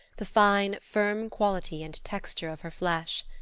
the fine, firm quality and texture of her flesh.